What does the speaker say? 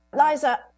Liza